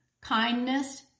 kindness